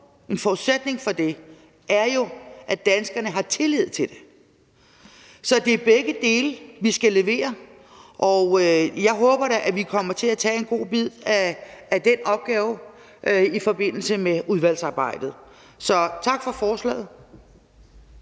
en forudsætning for det – at danskerne har tillid til det. Så det er begge dele, vi skal levere. Og jeg håber da, at vi kommer til at tage en god bid af den opgave i forbindelse med udvalgsarbejdet. Så jeg vil sige